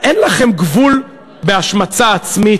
אין לכם גבול בהשמצה עצמית?